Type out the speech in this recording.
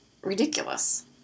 ridiculous